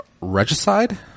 Regicide